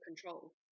control